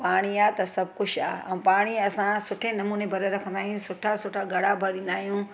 पाणी आहे त सभु कुझु आहे ऐं पाणी असां सुठे नमूने भरे रखंदा आहियूं सुठा सुठा घड़ा भरींदा आहियूं